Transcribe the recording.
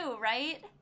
right